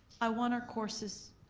i want our courses